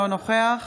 אינו נוכח